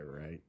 right